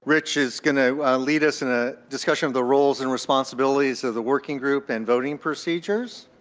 rich is going to lead us in a discussion of the roles and responsibilities of the working group and voting procedures.